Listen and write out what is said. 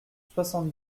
soixante